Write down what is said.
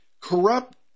corrupt